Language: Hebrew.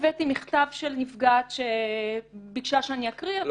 הבאתי מכתב של נפגעת שביקשה שאני אקריא אותו.